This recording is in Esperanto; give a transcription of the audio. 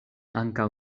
ankaŭ